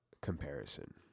comparison